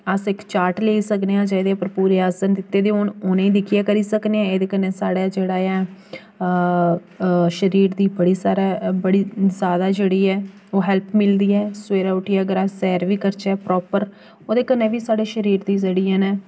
अस इक चार्ट लेई सकने आं जेह्दे उप्पर पूरे आसन दित्ते दे होन उ'नें ई दिक्खियै करी सकनें आं एह्दे कन्नै साढ़ा जेह्ड़ा ऐ शरीर दी बड़ी सारी बड़ी जैदा जेह्ड़ी ऐ ओह् हैल्प मिलदी ऐ सवेरे उट्ठियै अगर अस सैर बी करचै प्रापर ओह्दे कन्नै बी साढ़े शरीर दी जेह्ड़ी ऐ निं